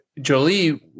Jolie